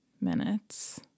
minutes